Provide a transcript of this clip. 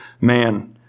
man